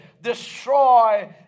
destroy